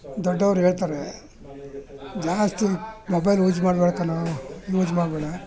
ದೊಡ್ಡವ್ರು ಹೇಳ್ತಾರೆ ಜಾಸ್ತಿ ಮೊಬೈಲ್ ಯೂಸ್ ಮಾಡಬೇಡ ಕಣೋ ಯೂಸ್ ಮಾಡಬೇಡ